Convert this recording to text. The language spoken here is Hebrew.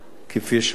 כפי שהוא אמר אותם.